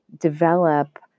develop